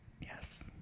yes